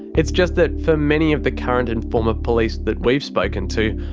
it's just that for many of the current and former police that we've spoken to,